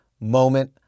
moment